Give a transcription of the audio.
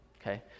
Okay